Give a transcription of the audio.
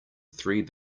three